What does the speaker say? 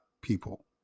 people